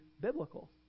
biblical